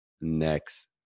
next